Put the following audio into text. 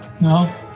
No